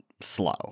slow